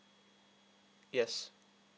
yes